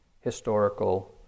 historical